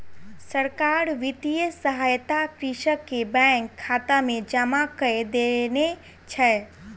सरकार वित्तीय सहायता कृषक के बैंक खाता में जमा कय देने छै